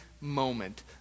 moment